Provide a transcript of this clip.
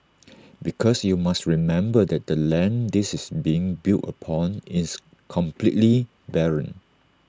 because you must remember that the land this is being built upon is completely barren